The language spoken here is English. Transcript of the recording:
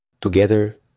together